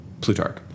Plutarch